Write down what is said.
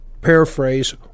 paraphrase